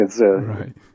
Right